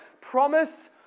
promise